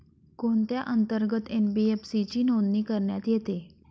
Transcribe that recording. कोणत्या अंतर्गत एन.बी.एफ.सी ची नोंदणी करण्यात येते?